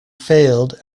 failed